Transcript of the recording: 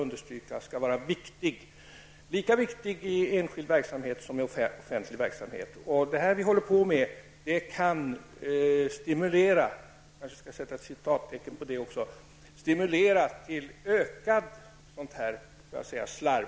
De är lika viktigt i enskild verksamhet som i offentlig verksamhet. Det vi håller på med kan ''stimulera'' till ökad omfattning av sådant ''slarv''.